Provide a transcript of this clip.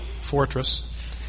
fortress